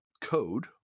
code